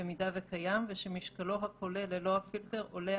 במידה וקיים ושמשקלו הכולל ללא הפילטר עולה